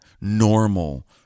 normal